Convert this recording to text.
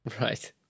Right